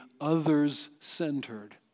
others-centered